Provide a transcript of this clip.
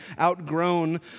outgrown